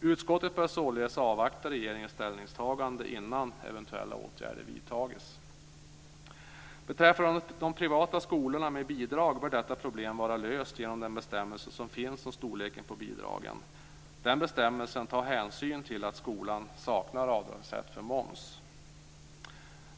Utskottet bör således avvakta regeringens ställningstagande innan eventuella åtgärder vidtas. Problemet när det gäller de privata skolorna med bidrag bör vara löst genom den bestämmelse som finns om storleken på bidragen. Den bestämmelsen tar hänsyn till att skolan saknar avdragsrätt för moms.